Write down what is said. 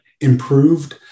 improved